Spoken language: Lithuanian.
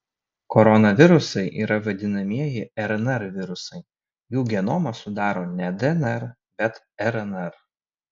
koronavirusai yra vadinamieji rnr virusai jų genomą sudaro ne dnr bet rnr